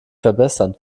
verbessern